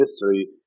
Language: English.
history